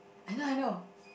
I know I know